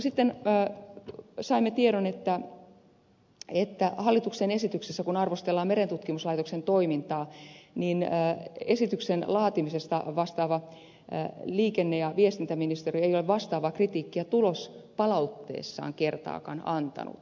sitten saimme tiedon että kun hallituksen esityksessä arvostellaan merentutkimuslaitoksen toimintaa niin esityksen laatimisesta vastaava liikenne ja viestintäministeriö ei ole vastaavaa kritiikkiä tulospalautteessaan kertaakaan antanut